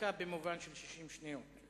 דקה במובן של 60 שניות.